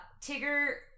Tigger